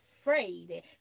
afraid